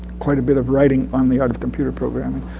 quite a bit of writing on the art of computer programming.